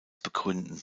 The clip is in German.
begründen